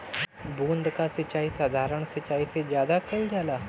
बूंद क सिचाई साधारण सिचाई से ज्यादा कईल जाला